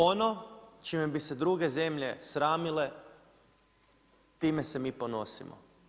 Ono čime bi se druge zemlje sramile, time se mi ponosimo.